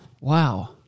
Wow